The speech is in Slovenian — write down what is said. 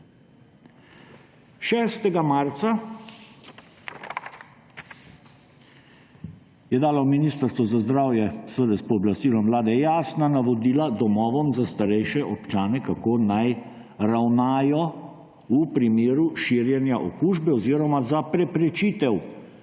6. marca je dalo Ministrstvo za zdravje, seveda s pooblastilom vlade, jasna navodila domovom za starejše občane, kako naj ravnajo v primeru širjenja okužbe oziroma za preprečitev